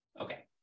Okay